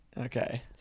Okay